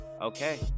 Okay